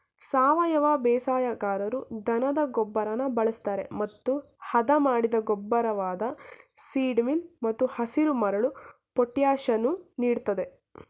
ಸಾವಯವ ಬೇಸಾಯಗಾರರು ದನದ ಗೊಬ್ಬರನ ಬಳಸ್ತರೆ ಮತ್ತು ಹದಮಾಡಿದ ಗೊಬ್ಬರವಾದ ಸೀಡ್ ಮೀಲ್ ಮತ್ತು ಹಸಿರುಮರಳು ಪೊಟ್ಯಾಷನ್ನು ನೀಡ್ತದೆ